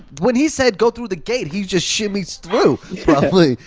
when he said go through the gate, he just shimmies through probably.